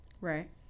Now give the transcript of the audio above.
Right